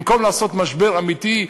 במקום לעשות משבר אמיתי,